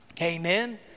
Amen